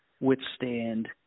withstand